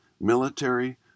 military